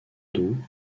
dos